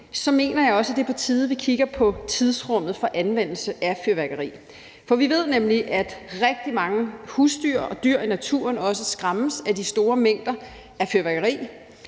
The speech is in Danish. så mener jeg også, det er på tide, at vi kigger på tidsrummet for anvendelse af fyrværkeri. For vi ved nemlig, at rigtig mange husdyr og dyr i naturen skræmmes af de store mængder af fyrværkeri,